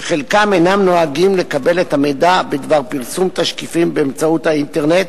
שחלקם אינם נוהגים לקבל את המידע בדבר פרסום תשקיפים באמצעות האינטרנט,